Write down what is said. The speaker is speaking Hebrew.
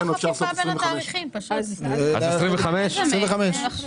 אפשר לעשות את זה 2025. אני רוצה חפיפה בין התאריכים,